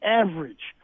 average